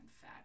fat